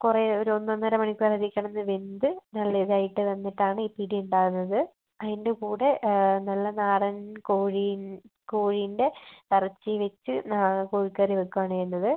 കുറെ ഒരു ഒന്നൊന്നര മണിക്കൂർ അതീ കിടന്ന് വെന്ത് നല്ല ഇതായിട്ട് വന്നിട്ടാണ് ഈ പിടി ഉണ്ടാവുന്നത് അതിൻ്റെ കൂടെ നല്ല നാടൻ കോഴിയും കോഴീൻ്റെ ഇറച്ചി വെച്ച് കോഴിക്കറി വെക്കുവാണ് ചെയ്യുന്നത്